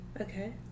Okay